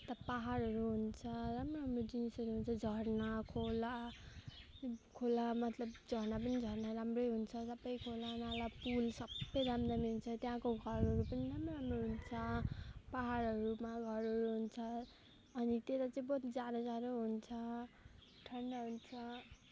त पहाडहरू हुन्छ राम्रो राम्रो जिनिसहरू हुन्छ झर्ना खोला खोला मतलब झर्ना पनि झर्ना राम्रै हुन्छ सबै खोला नाला पुल सबै दामी दामी हुन्छ त्यहाँको घरहरू पनि राम्रो राम्रो हुन्छ पहाडहरूमा घरहरू हुन्छ अनि त्यता चाहिँ बहुत जाडो जाडो हुन्छ ठन्डा हुन्छ